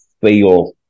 feel